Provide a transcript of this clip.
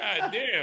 goddamn